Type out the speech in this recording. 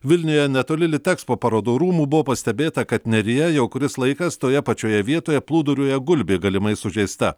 vilniuje netoli litekspo parodų rūmų buvo pastebėta kad neryje jau kuris laikas toje pačioje vietoje plūduriuoja gulbė galimai sužeista